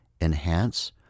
enhance